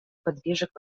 подвижек